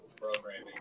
programming